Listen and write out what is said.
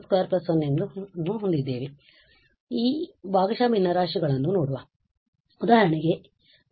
ಮೊದಲು ಈ ಭಾಗಶಃ ಭಿನ್ನರಾಶಿಗಳನ್ನು ನೋಡುವ ಉದಾಹರಣೆಗೆ ಈ 1 ss 21 ಮತ್ತು ನಂತರ e −as